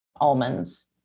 Almonds